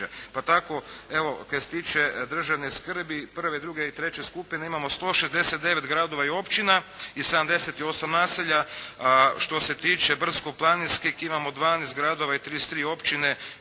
pa tako evo kad se tiče državne skrbi prve, druge ili treće skupine imamo 169 gradova i općina i 78 naselja. A što se tiče brdsko-planinskih imamo 12 gradova i 33 općine,